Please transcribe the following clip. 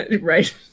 Right